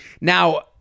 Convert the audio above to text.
Now